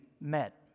met